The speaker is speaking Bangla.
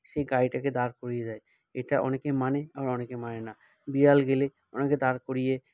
সে গাড়িটাকে দাঁড় করিয়ে দেয় এটা অনেকে মানে আবার অনেকে মানে না বিড়াল গেলে অনেকে দাঁড় করিয়ে